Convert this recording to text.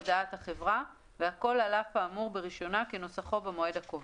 הודעת החברה) והכל על אף האמור ברישיונה כנוסחו במועד הקובע."